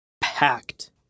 packed